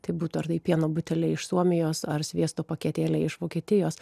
tai būtų ar tai pieno buteliai iš suomijos ar sviesto paketėliai iš vokietijos